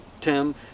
Tim